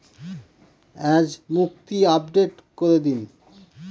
আজ মুক্তি আপডেট করে দিন